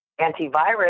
antivirus